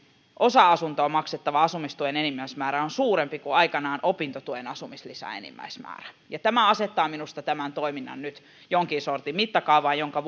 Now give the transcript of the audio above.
osa asuntoon maksettavan asumistuen enimmäismäärä on suurempi kuin aikanaan opintotuen asumislisän enimmäismäärä tämä asettaa minusta tämän toiminnan nyt jonkin sortin mittakaavaan minkä